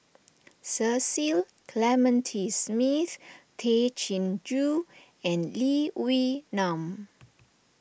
Cecil Clementi Smith Tay Chin Joo and Lee Wee Nam